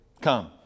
Come